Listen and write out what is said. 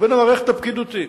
לבין המערכת הפקידותית,